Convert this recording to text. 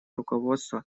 руководство